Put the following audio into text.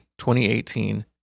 2018